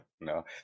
no